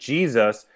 Jesus